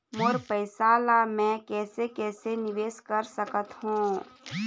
मोर पैसा ला मैं कैसे कैसे निवेश कर सकत हो?